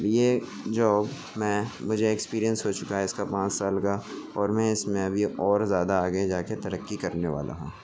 یہ جو میں مجھے ایکسپیریئنس ہو چکا ہے اس کا پانچ سال کا اور میں اس میں ابھی اور زیادہ آگے جا کے ترقی کرنے والا ہوں